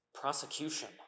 prosecution